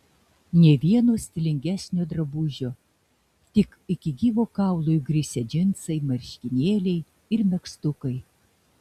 nė vieno stilingesnio drabužio tik iki gyvo kaulo įgrisę džinsai marškinėliai ir megztukai